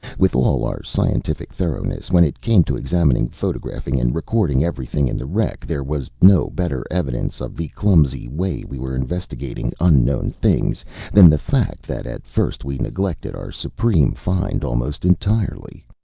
with all our scientific thoroughness, when it came to examining, photographing and recording everything in the wreck, there was no better evidence of the clumsy way we were investigating unknown things than the fact that at first we neglected our supreme find almost entirely.